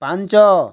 ପାଞ୍ଚ